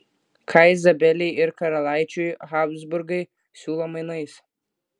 ką izabelei ir karalaičiui habsburgai siūlo mainais